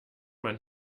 man